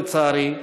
לצערי,